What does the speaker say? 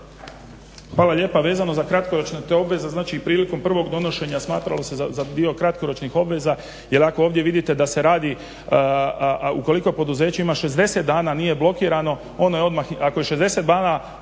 Hvala lijepa. Vezano za kratkoročne, te obveze, znači i prilikom prvog donošenja smatralo se za dio kratkoročnih obveza, jer ako ovdje vidite da se radi, ukoliko je poduzeće ima 60 dana, a nije blokirano ono je odmah, ako je 60 dana